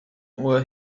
uhr